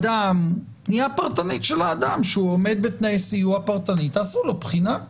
פנייה פרטנית של האדם שהוא עומד בתנאי סיוע פרטנית תעשו לו בחינה.